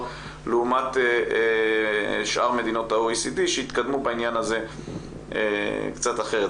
לעומת שאר מדינות ה-OECD שהתקדמו בעניין הזה קצת אחרת,